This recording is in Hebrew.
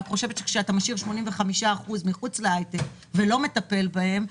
רק אני חושבת שכשאתה משאיר 85% מחוץ להייטק ולא מטפל בהם,